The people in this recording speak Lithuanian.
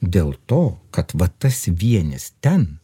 dėl to kad va tas vienis ten